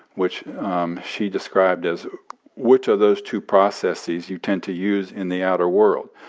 which um she described as which of those two processes you tend to use in the outer world.